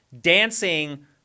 Dancing